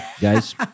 Guys